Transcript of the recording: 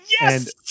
Yes